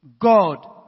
God